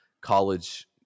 college